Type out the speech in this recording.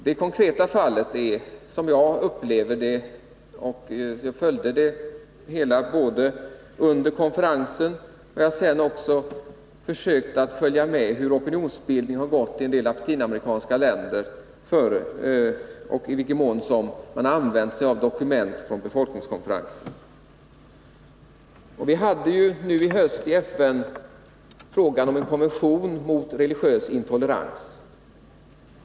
Det konkreta fallet följde jag under hela konferensen, och jag har sedan försökt att följa med hur opinionsbildningen gått i en del latinamerikanska länder och i vilken mån man använt sig av dokument från befolkningskonferensen. Vi hade nu i höst i FN uppe frågan om en konvention mot religiös intolerans.